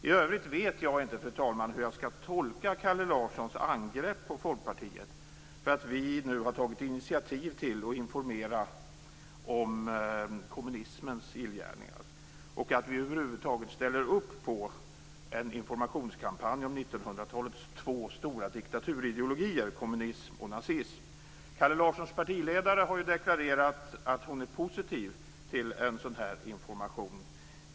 I övrigt vet jag inte hur jag skall tolka Kalle Larssons angrepp på Folkpartiet för att vi har tagit initiativ till att man skall informera om kommunismens illgärningar och för att vi över huvud taget ställer upp på en informationskampanj om 1900-talets två stora diktaturideologier, kommunism och nazism. Kalle Larssons partiledare har ju deklarerat att hon är positiv till en sådan information.